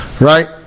right